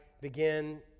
begin